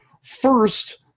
first